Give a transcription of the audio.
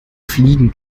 fliegen